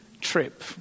trip